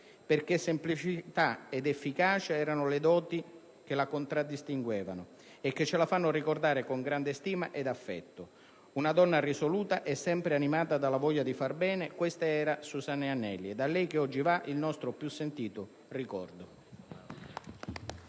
perché semplicità ed efficacia erano le doti che la contraddistinguevano e che ce la fanno ricordare con grande stima e affetto. Una donna risoluta e sempre animata dalla voglia di fare bene. Questa era Susanna Agnelli. A lei oggi va il nostro più sentito ricordo.